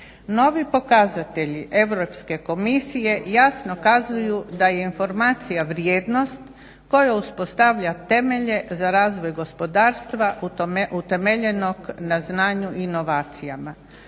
Novi pokazatelji Europske komisije jasno kazuju da je informacija vrijednost koja uspostavlja temelje za razvoj gospodarstva utemeljenog na znanju inovacijama.